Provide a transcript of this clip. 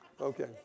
Okay